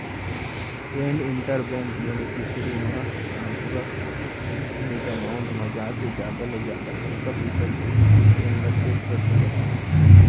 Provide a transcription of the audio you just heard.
add inter bank beneficiary म transfer limit amount म जाके जादा ले जादा कतका पइसा भेजना हे तेन ल सेट कर सकत हस